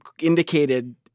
indicated